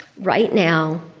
right now,